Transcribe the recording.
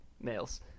males